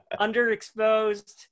underexposed